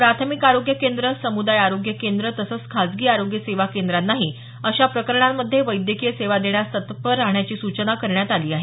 प्राथमिक आरोग्य केंद्र समुदाय आरोग्य केंद्र तसंच खासगी आरोग्य सेवा केंद्रांनाही अशा प्रकरणांमध्ये वैद्यकीय सेवा देण्यास तत्पर राहण्याची सूचना करण्यात आली आहे